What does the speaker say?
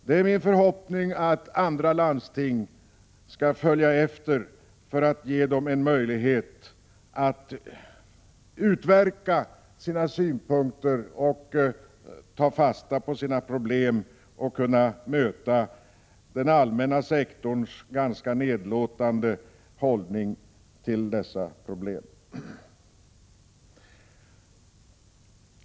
Det är min förhoppning att andra landsting följer efter och tar fasta på dessa problem så att de som lider får möjlighet att föra fram sina synpunkter och kan möta den allmänna sektorns ganska nedlåtande hållning till dessa problem.